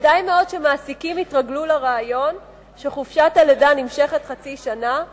כדאי מאוד שמעסיקים יתרגלו לרעיון שחופשת הלידה נמשכת חצי שנה.